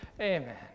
Amen